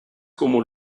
como